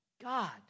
God